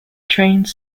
trains